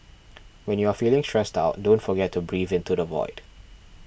when you are feeling stressed out don't forget to breathe into the void